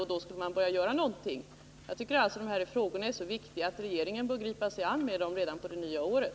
Och då skulle man börja göra någonting. Jag tycker alltså att dessa frågor är så viktiga att regeringen bör gripa sig an med dem redan på det nya året.